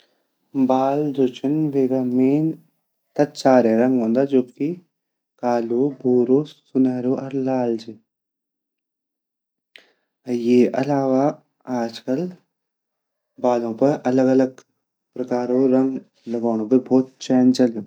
बाल जु छिन वेगा मेन ता चार ही रंग वोन्दा कालू, भूरू ,सुनहेरु अर लाल ची अर येगा आलावा आजकल बालू मा अलग-अलग रंग लगोंडो भोत चैन चलयू।